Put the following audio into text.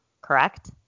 Correct